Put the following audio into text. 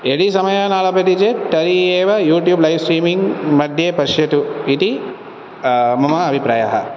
यदि समयः न लभ्यते चेत् तर्हि एव यूट्यूब् लैव् स्ट्रीमिङ्ग् मद्ये पश्यतु इति मम अभिप्रायः